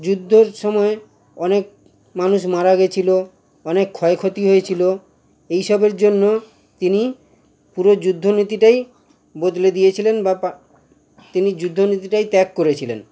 যুদ্ধর সময় অনেক মানুষ মারা গিয়েছিল অনেক ক্ষয়ক্ষতি হয়েছিল এইসবের জন্য তিনি পুরো যুদ্ধনীতিটাই বদলে দিয়েছিলেন বা তিনি যুদ্ধনীতিটাই ত্যাগ করেছিলেন